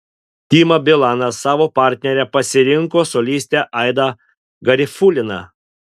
dima bilanas savo partnere pasirinko solistę aidą garifuliną